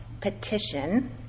petition